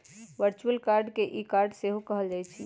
virtual card के e card सेहो कहल जाइ छइ